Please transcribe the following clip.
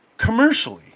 Commercially